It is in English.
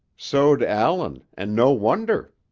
so'd allan, and no wonder.